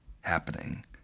happening